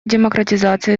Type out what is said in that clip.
демократизации